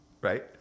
Right